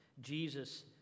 Jesus